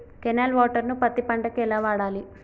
Canal water ను పత్తి పంట కి ఎలా వాడాలి?